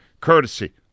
courtesy